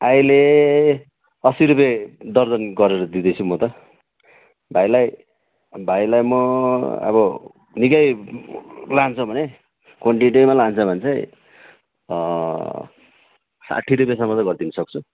अहिले अस्सी रुपियाँ दर्जन गरेर दिँदैछु म त भाइलाई भाइलाई म अब निक्कै लान्छौ भने क्वान्टिटीमै लान्छौ भने चाहिँ साठी रुपियाँसम्म चाहिँ गरिदिनु सक्छु